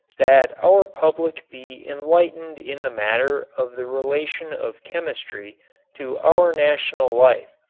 that our public be enlightened in the matter of the relation of chemistry to our national life.